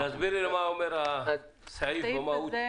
אנחנו מצביעים על סעיף 14ד,